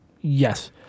Yes